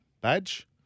Badge